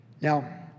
Now